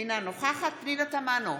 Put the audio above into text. אינה נוכחת פנינה תמנו,